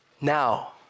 Now